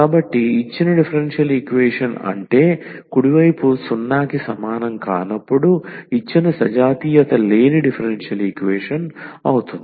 కాబట్టి ఇచ్చిన differential equation అంటే కుడి వైపు 0 కి సమానం కానప్పుడు ఇచ్చిన సజాతీయత లేని డిఫరెన్షియల్ ఈక్వేషన్ అవుతుంది